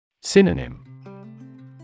Synonym